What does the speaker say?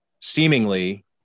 seemingly